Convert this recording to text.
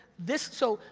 this, so,